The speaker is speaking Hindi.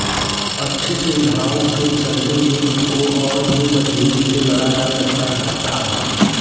अच्छी सुविधाओं के चलते युद्ध को और भी मजबूती से लड़ा जा सकता था